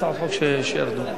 חופש הצבעה.